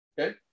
Okay